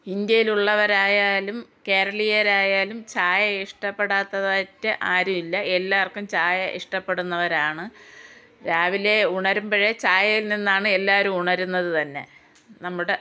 ഇന്ത്യയിലുള്ളവരായാലും കേരളീയരായാലും ചായ ഇഷ്ടപ്പെടാത്തതായിട്ട് ആരുമില്ല എല്ലാവർക്കും ചായ ഇഷ്ടപ്പെടുന്നവരാണ് രാവിലെ ഉണരുമ്പോഴെ ചായയിൽ നിന്നാണ് എല്ലാവരും ഉണരുന്നത് തന്നെ നമ്മുടെ